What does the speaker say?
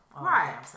Right